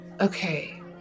Okay